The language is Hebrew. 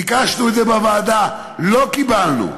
ביקשנו את זה בוועדה, לא קיבלנו.